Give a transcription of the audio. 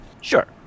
Sure